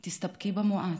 בית ותסתפקי במועט.